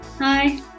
Hi